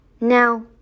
Now